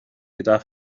gyda